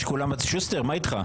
שמונה.